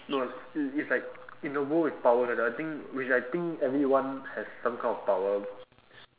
no it~ it's like in the world with power I I I think which I think everyone has some kind of power